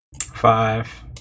Five